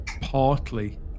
partly